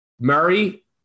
Murray